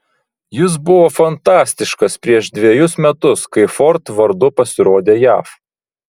jis buvo fantastiškas prieš dvejus metus kai ford vardu pasirodė jav